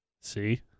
See